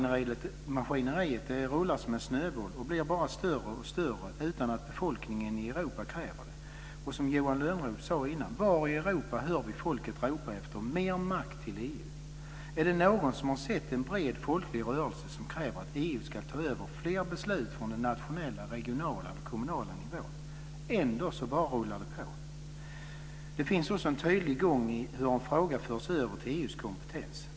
EU maskineriet rullar som en snöboll och blir bara större och större utan att befolkningen i Europa kräver det. Som Johan Lönnroth sade förut: Var i Europa hör vi folket ropa efter mer makt till EU? Är det någon som har sett en bred folklig rörelse som kräver att EU ska ta över fler beslut från den nationella, kommunala och regionala nivån? Ändå rullar det bara på. Det finns en tydlig gång i hur en fråga förs över till EU:s kompetens.